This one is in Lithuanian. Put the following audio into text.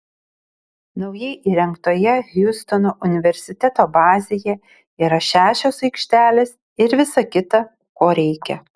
naujai įrengtoje hjustono universiteto bazėje yra šešios aikštelės ir visa kita ko reikia